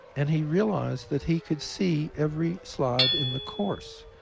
and he realized that he could see every slide in the course.